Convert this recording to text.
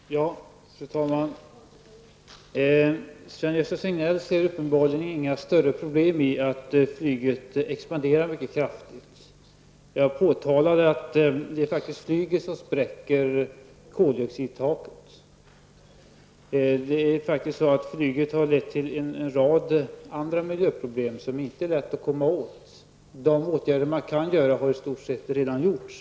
Fru talman! Sven-Gösta Signell ser uppenbarligen inga större problem med att flyget expanderar mycket kraftigt. Jag påtalade att det faktiskt är flyget som spräcker koldioxidtaket. Det är faktiskt så att flyget har medfört en rad andra miljöproblem som inte är lätta att komma åt. Det man kan göra har i stort sett redan gjorts.